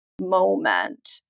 moment